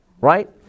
right